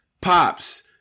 Pops